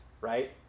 right